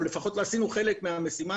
או לפחות לא עשינו חלק מהמשימה.